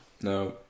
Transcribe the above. No